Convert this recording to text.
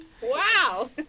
Wow